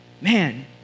Man